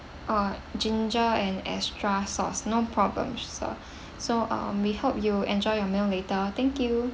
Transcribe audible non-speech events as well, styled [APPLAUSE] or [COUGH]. oh ginger and extra sauce no problem sir [BREATH] so uh we hope you'll enjoy your meal later thank you